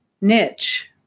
niche